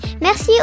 Merci